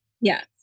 Yes